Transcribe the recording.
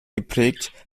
geprägt